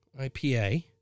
IPA